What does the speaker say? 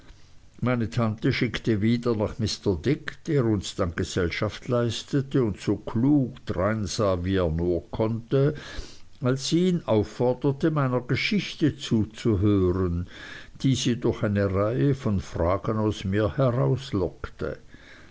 meine tante schickte wieder nach mr dick der uns dann gesellschaft leistete und so klug dreinsah wie er nur konnte als sie ihn aufforderte meiner geschichte zuzuhören die sie durch eine reihe von fragen aus mir